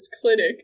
clinic